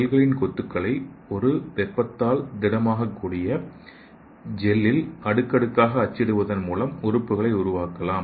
செல்களின் கொத்துக்களை ஒரு வெப்பத்தால் திடமாக கூடிய ஜெல்லில் அடுக்கடுக்காக அச்சிடுவதன் மூலம் உறுப்புகளை உருவாக்கலாம்